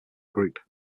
group